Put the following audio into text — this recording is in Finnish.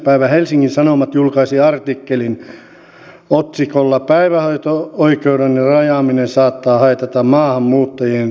päivä helsingin sanomat julkaisi artikkelin otsikolla päivähoito oikeuden rajaaminen saattaa haitata maahanmuuttajien kotouttamista